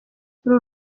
uru